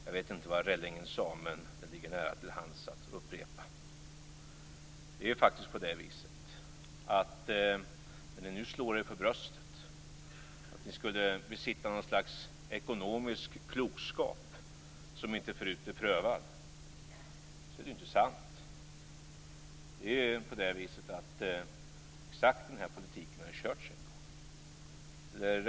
Jag vet inte vad Rellingen sade, men det ligger nära till hands att upprepa. När ni nu slår er för bröstet och hävdar att ni skulle besitta någon slags ekonomisk klokskap som inte förut är prövad är det inte sant. Exakt den här politiken har körts en gång.